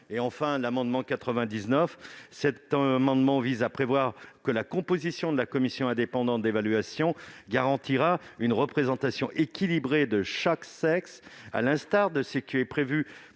M. André Gattolin. Cet amendement a pour objet que la composition de la commission indépendante d'évaluation garantisse une représentation équilibrée de chaque sexe, à l'instar de ce qui est prévu